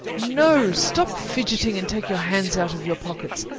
no. stop fidgeting and take your hands out of your pockets.